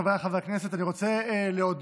חבריי חברי הכנסת, אני רוצה להודות